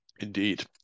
Indeed